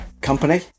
company